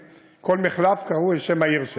כל מחלף קרוי על שם העיר שלו.